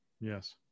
Yes